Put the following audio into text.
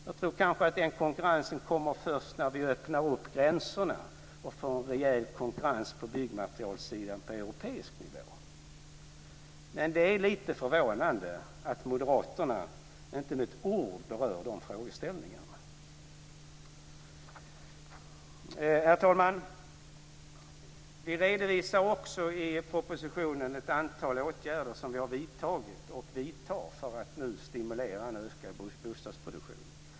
Jag tror att den konkurrensen kanske kommer först när vi öppnar upp gränserna och får en rejäl konkurrens på byggmaterielsidan på europeisk nivå. Det är lite förvånande att Moderaterna inte med ett ord berör de frågeställningarna. Herr talman! Vi redovisar också i propositionen ett antal åtgärder som vi har vidtagit och vidtar för att nu stimulera en ökad bostadsproduktion.